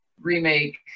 remake